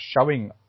showing